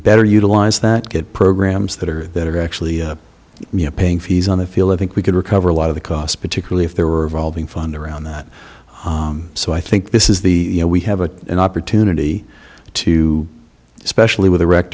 better utilize that get programs that are that are actually you know paying fees on the field i think we can recover a lot of the cost particularly if there were evolving funder around that so i think this is the you know we have a an opportunity to especially with a rec